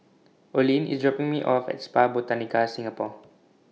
Olene IS dropping Me off At Spa Botanica Singapore